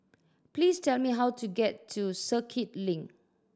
please tell me how to get to Circuit Link